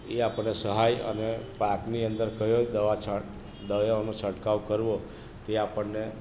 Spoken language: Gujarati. એ આપણને સહાય અને પાકની અંદર કયો દવા છાંટ દવાઓનો છંટકાવ કરવો તે આપણને